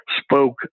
spoke